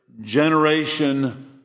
generation